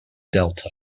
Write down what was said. delta